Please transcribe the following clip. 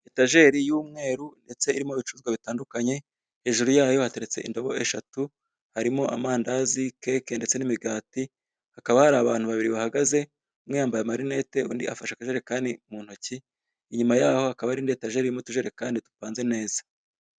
Etaferi y'umweru irimo ibicuruzwa bitandukanye hajuru yayo, hateretse indobo eshatu harimo amandazi, keke ndetse n'imigati, hakaba hari abantu babiri bahagaze umwe yambaye amarinete undi afite aka jerekani mu ntoki, inyuma yabo hakaba harimo indinjerekani irimo utujetekani dupanze neza.